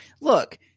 look